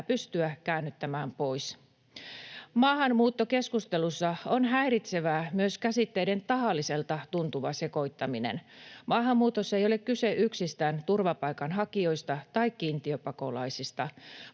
pystyä käännyttämään pois. [Leena Meri: Hyvä!] Maahanmuuttokeskustelussa on häiritsevää myös käsitteiden tahalliselta tuntuva sekoittaminen. Maahanmuutossa ei ole kyse yksistään turvapaikanhakijoista tai kiintiöpakolaisista.